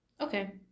Okay